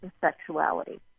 sexuality